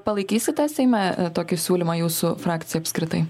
palaikysite seime tokį siūlymą jūsų frakcija apskritai